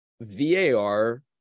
var